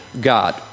God